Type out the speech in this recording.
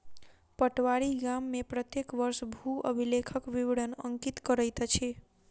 पटवारी गाम में प्रत्येक वर्ष भू अभिलेखक विवरण अंकित करैत अछि